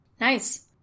nice